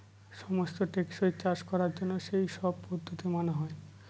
সমস্ত টেকসই চাষ করার জন্য সেই সব পদ্ধতি মানা হয়